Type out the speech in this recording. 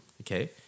Okay